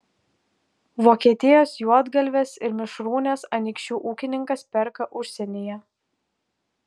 vokietijos juodgalves ir mišrūnes anykščių ūkininkas perka užsienyje